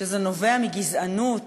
שזה נובע מגזענות